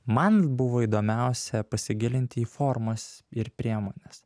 man buvo įdomiausia pasigilinti į formas ir priemones